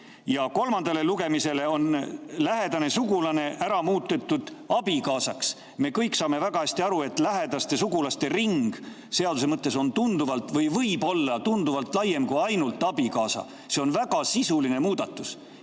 ja kolmandal lugemisel on "lähedane sugulane" muudetud "abikaasaks". Me kõik saame väga hästi aru, et lähedaste sugulaste ring seaduse mõttes on või võib olla tunduvalt laiem kui ainult abikaasa. See on väga sisuline muudatus.